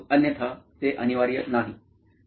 अन्यथा ते अनिवार्य नाही